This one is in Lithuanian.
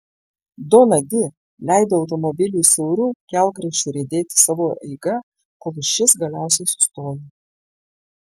dona di leido automobiliui siauru kelkraščiu riedėti savo eiga kol šis galiausiai sustojo